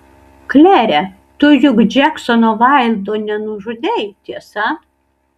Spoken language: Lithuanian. klere tu juk džeksono vaildo nenužudei tiesa